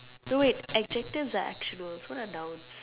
no wait adjectives are action verbs what are nouns